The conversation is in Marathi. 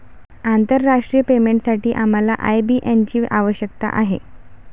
आंतरराष्ट्रीय पेमेंटसाठी आम्हाला आय.बी.एन ची आवश्यकता आहे